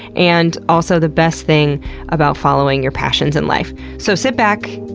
and also the best thing about following your passions in life. so sit back,